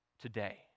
today